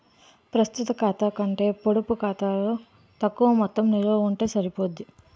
ప్రస్తుత ఖాతా కంటే పొడుపు ఖాతాలో తక్కువ మొత్తం నిలవ ఉంటే సరిపోద్ది